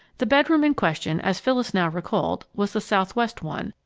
the bedroom in question, as phyllis now recalled, was the southwest one,